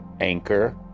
anchor